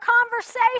conversation